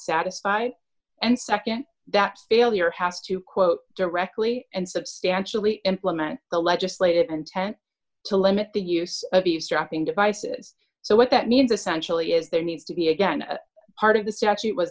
satisfied and nd that failure has to quote directly and substantially implement the legislative intent to limit the use of eavesdropping devices so what that means essentially is there needs to be again part of the statute was